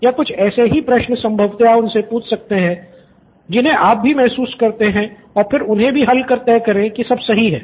या कुछ ऐसे ही प्रश्न संभवतः उनसे पूछ सकते हैंजिन्हें आप भी महसूस करते हैं और फिर उन्हे भी हल कर तय करे की सब सही है